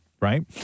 right